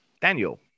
Daniel